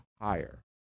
higher